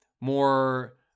more